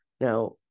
Now